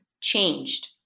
changed